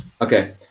Okay